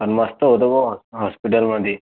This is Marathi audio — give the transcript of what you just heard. पण मस्त होतो बुवा हॉस्पिटलमध्ये